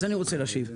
אני רוצה להשיב.